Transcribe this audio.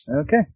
Okay